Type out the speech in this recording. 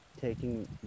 taking